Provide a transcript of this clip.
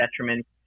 detriment